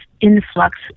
influx